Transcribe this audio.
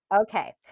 Okay